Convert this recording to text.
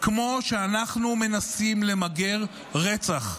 כמו שאנחנו מנסים למגר רצח,